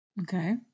Okay